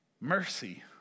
mercy